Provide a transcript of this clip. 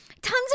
tons